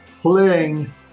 playing